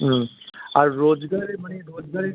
হুম আর রোজগারের মানে রোজগারের